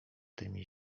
tymi